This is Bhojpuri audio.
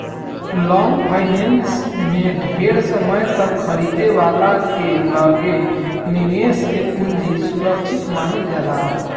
लॉन्ग फाइनेंस में ढेर समय तक खरीदे वाला के लगे निवेशक के पूंजी सुरक्षित मानल जाला